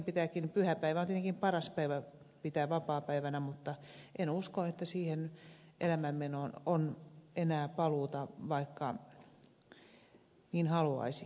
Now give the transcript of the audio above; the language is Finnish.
pyhäpäivä on tietenkin paras päivä pitää vapaapäivänä mutta en usko että siihen elämänmenoon on enää paluuta vaikka niin haluaisikin